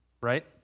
right